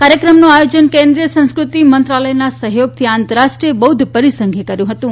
કાર્યક્રમનું આયોજન કેન્દ્રિય સંસ્કૃતિ મંત્રાલયના સહયોગથી આંતરરાષ્ટ્રીય બૌદ્ધ પરિસંઘે કર્યું હતું